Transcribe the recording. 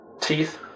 teeth